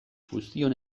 guztion